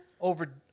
over